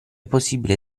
possibile